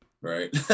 Right